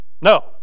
no